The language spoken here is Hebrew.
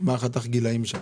הגילאים שם?